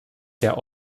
der